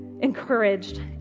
encouraged